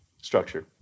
structure